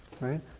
right